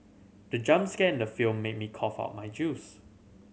the jump scare in the film made me cough out my juice